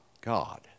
God